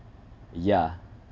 yeah